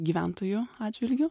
gyventojų atžvilgiu